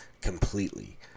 completely